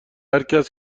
هرکس